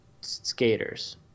skaters